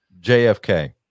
JFK